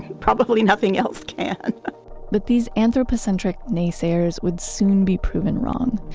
probably nothing else can but these anthropocentric naysayers would soon be proven wrong.